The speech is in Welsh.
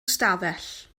ystafell